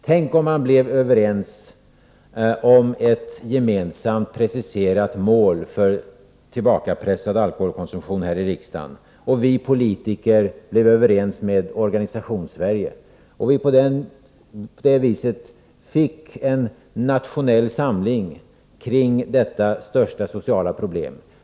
Tänk om vi här i riksdagen blev överens om ett gemensamt, preciserat mål för tillbakapressad alkoholkonsumtion! Tänk om vi politiker blev överens med Organisationssverige och på det viset fick en nationell samling kring detta största sociala problem!